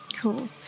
Cool